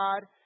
God